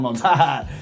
haha